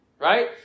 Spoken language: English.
right